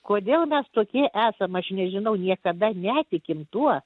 kodėl mes tokie esam aš nežinau niekada netikim tuo